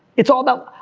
it's all about,